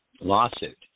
lawsuit